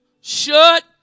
shut